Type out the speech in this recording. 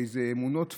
באיזה אמונות טפלות,